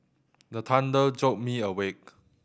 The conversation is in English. the thunder jolt me awake